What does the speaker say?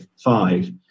five